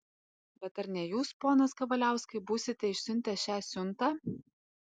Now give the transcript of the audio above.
bet ar ne jūs ponas kavaliauskai būsite išsiuntę šią siuntą